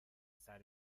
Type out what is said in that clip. پسر